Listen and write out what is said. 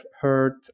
heard